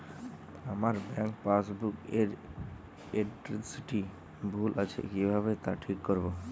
আমার bank passbook এর এড্রেসটি ভুল আছে কিভাবে তা ঠিক করবো?